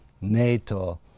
nato